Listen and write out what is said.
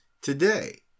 today